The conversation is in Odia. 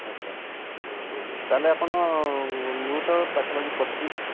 ଆଛା ତାହେଲେ ଆପଣ ମୁଁ ତ ପାଖା ପାଖି ପଚିଶି